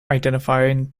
identified